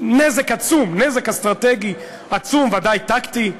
נזק עצום, נזק אסטרטגי עצום, ודאי טקטי,